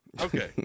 Okay